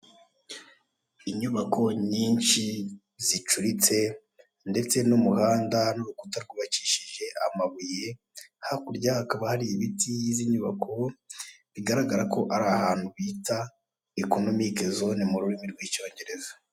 Inyubako nyinshi zicuritse ndetse n'umuhanda n'urukuta rw'ubakishije amabuye hakurya hakaba hari ibiti y'izi nyubako, bigaragara ko ari ahantu bita ikonomike zone mu rurimi rw'icyongereza.